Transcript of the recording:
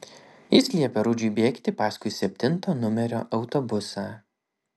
jis liepė rudžiui bėgti paskui septinto numerio autobusą